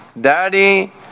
Daddy